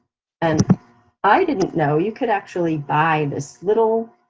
and i didn't know you could actually buy this little